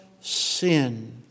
sin